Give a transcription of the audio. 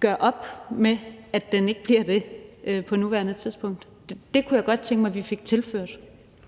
gør op med, at den ikke bliver det på nuværende tidspunkt. Det kunne jeg godt tænke mig vi fik tilført.